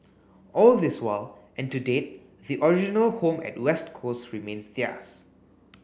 all this while and to date the original home at West Coast remains theirs